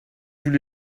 tous